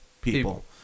People